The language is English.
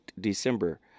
December